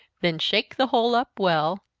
then shake the whole up well,